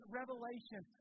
revelation